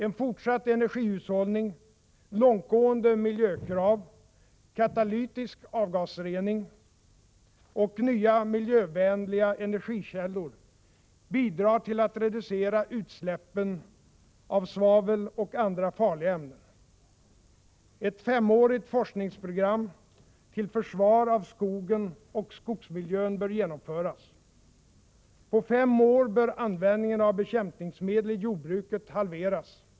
En fortsatt energihushållning, långtgående miljökrav, katalytisk avgasrening och nya miljövänliga energikällor bidrar till att reducera utsläppen av svavel och andra farliga ämnen. Ett femårigt forskningsprogram till försvar av skogen och skogsmiljön bör genomföras. På fem år bör användningen av bekämpningsmedel i jordbruket halveras.